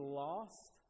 lost